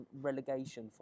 relegation